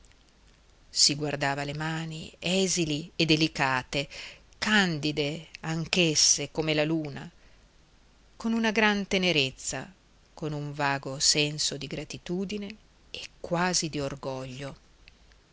si guardava le mani esili e delicate candide anch'esse come la luna con una gran tenerezza con un vago senso di gratitudine e quasi di orgoglio